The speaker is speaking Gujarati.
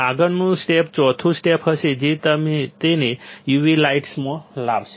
આગળનું સ્ટેપ ચોથું સ્ટેપ હશે જે તેને u v લાઈટમાં લાવશે